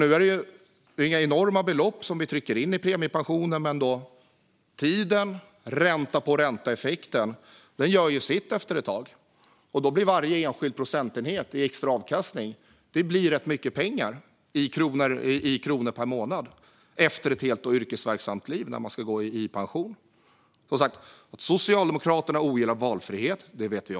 Nu är det inga enorma belopp som vi trycker in i premiepensionen, men tiden och ränta-på-ränta-effekten gör sitt efter ett tag. Då innebär varje enskild procentenhet i extra avkastning rätt mycket pengar i kronor per månad efter ett helt yrkesverksamt liv när man ska gå i pension. Att Socialdemokraterna ogillar valfrihet vet vi om.